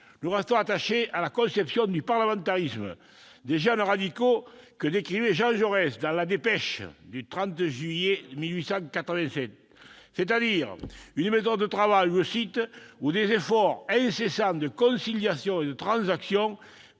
nous restons attachés à la conception du parlementarisme des jeunes radicaux que décrivait Jean Jaurès dans du 30 juillet 1887, c'est-à-dire une méthode de travail où des « efforts incessants de conciliation et de transaction